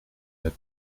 met